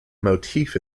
motif